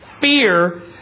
Fear